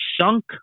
sunk